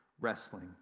wrestling